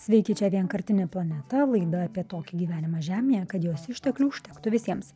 sveiki čia vienkartinė planeta laida apie tokį gyvenimą žemėje kad jos išteklių užtektų visiems